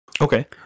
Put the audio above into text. Okay